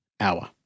hour